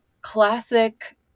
Classic